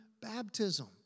baptism